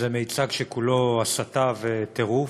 זה מיצג שכולו הסתה וטירוף,